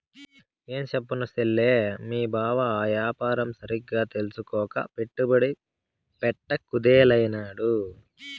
ఏంచెప్పను సెల్లే, మీ బావ ఆ యాపారం సరిగ్గా తెల్సుకోక పెట్టుబడి పెట్ట కుదేలైనాడు